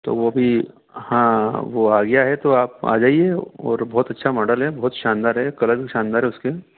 तो वो अभी हाँ वो आ गया है तो आप आ जाएँ और बहुत अच्छा मॉडल है बहुत शानदार है कलर भी शानदार है उसके